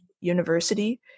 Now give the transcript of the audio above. university